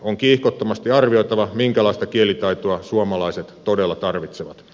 on kiihkottomasti arvioitava minkälaista kielitaitoa suomalaiset todella tarvitsevat